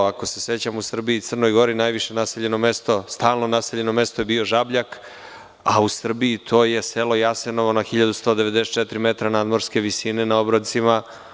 Ako se sećamo, u Srbiji i u Crnoj Gori najviše naseljeno mesto, stalno naseljeno mesto je bio Žabljak, a u Srbiji to je selo Jasenovo na 1.194 m nadmorske visine, na obroncima Zlatibora.